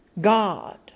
God